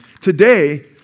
Today